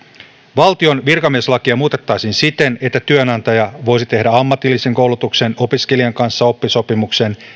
valtion virkamieslakia muutettaisiin siten että työnantaja voisi tehdä ammatillisen koulutuksen opiskelijan kanssa oppisopimuksen